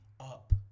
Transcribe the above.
up